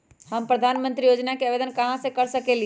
हम प्रधानमंत्री योजना के आवेदन कहा से कर सकेली?